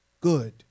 good